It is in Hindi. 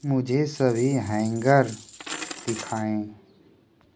मुझे सभी हैंगर दिखाँएं